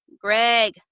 greg